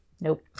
Nope